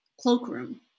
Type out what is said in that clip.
cloakroom